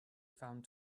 found